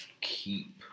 keep